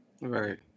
Right